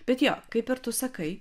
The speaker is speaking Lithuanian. bet jo kaip ir tu sakai